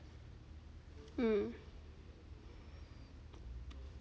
mm